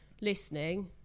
listening